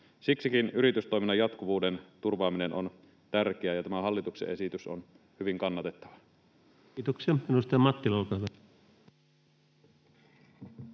Siksikin yritystoiminnan jatkuvuuden turvaaminen on tärkeää, ja tämä hallituksen esitys on hyvin kannatettava. Kiitoksia. — Edustaja Mattila, olkaa hyvä.